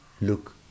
look